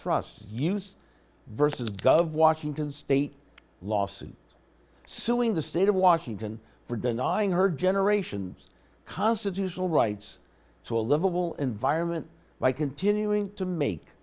trust use versus gov washington state lawson is suing the state of washington for denying her generation's constitutional rights to a livable environment by continuing to make